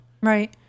Right